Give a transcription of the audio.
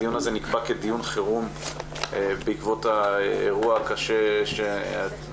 הדיון הזה נקבע כדיון חירום בעקבות האירוע הקשה שאנחנו,